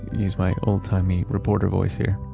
use my old-timey reporter voice here